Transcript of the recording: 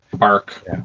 arc